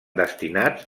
destinats